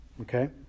Okay